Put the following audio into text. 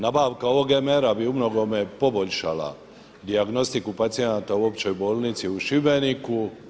Nabavka novog MR-a bi u mnogome poboljšala dijagnostiku pacijenata u Općoj bolnici u Šibeniku.